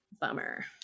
bummer